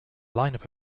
lineup